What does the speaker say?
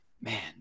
man